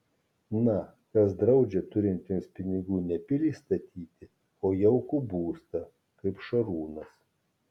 na kas draudžia turintiems pinigų ne pilį statyti o jaukų būstą kaip šarūnas